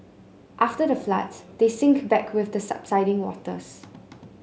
after the floods they sink back with the subsiding waters